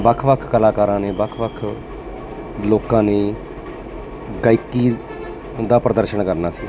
ਵੱਖ ਵੱਖ ਕਲਾਕਾਰਾਂ ਨੇ ਵੱਖ ਵੱਖ ਲੋਕਾਂ ਨੇ ਗਾਇਕੀ ਦਾ ਪ੍ਰਦਰਸ਼ਨ ਕਰਨਾ ਸੀ